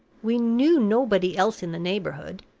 we knew nobody else in the neighborhood,